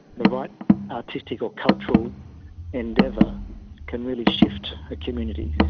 the right artistic or cultural endeavour can really shift a community.